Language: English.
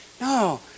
No